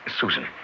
Susan